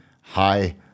high